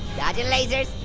gotcha lasers.